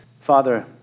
Father